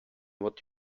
what